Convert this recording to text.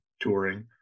touring